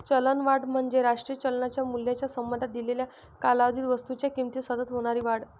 चलनवाढ म्हणजे राष्ट्रीय चलनाच्या मूल्याच्या संबंधात दिलेल्या कालावधीत वस्तूंच्या किमतीत सतत होणारी वाढ